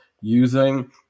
using